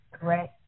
correct